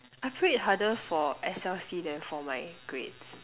I prayed harder for S_L_C than for my grades